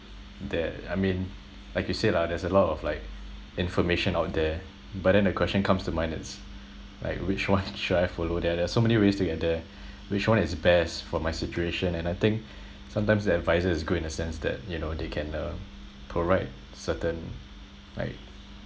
that I mean like you said lah there's a lot of like information out there but then the question comes to mind it's like which one should I follow there there are so many ways to get there which one is best for my situation and I think sometimes an advisor is good in the sense that you know they can uh provide certain like